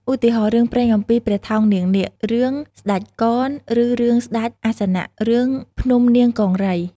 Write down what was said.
ឧទាហរណ៍ រឿងព្រេងអំពីព្រះថោងនាងនាគ រឿងស្តេចកន ឬរឿងស្តេចអាសនៈ រឿងភ្នំនាងកង្រី ។